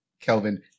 Kelvin